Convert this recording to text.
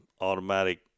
automatic